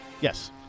Yes